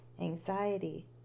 anxiety